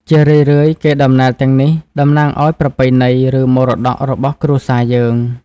ជារឿយៗ កេរដំណែលទាំងនេះតំណាងឲ្យ ប្រពៃណី ឬ មរតក របស់គ្រួសារយើង។